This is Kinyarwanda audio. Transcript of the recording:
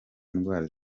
indwara